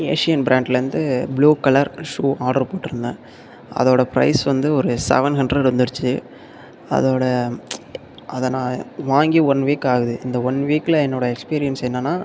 Asian பிராண்டில் இருந்து blue colour shoe order போட்டிருந்தேன் அதோடய பிரைஸ் வந்து ஒரு செவன் ஹண்ட்ரட் வந்துடுச்சு அதோடய அதை நான் வாங்கி ஒன் வீக் ஆகுது இந்த ஒன் வீக்கில் என்னோடய எக்ஸ்பீரியன்ஸ் என்னென்னா